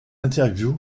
interview